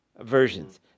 versions